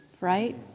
right